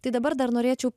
tai dabar dar norėčiau